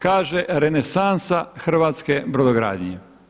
Kaže: „Renesansa hrvatske brodogradnje“